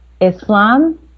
Islam